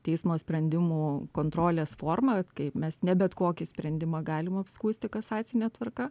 teismo sprendimo kontrolės forma kaip mes ne bet kokį sprendimą galim apskųsti kasacine tvarka